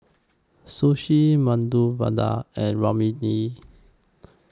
Sushi Medu Vada and Vermicelli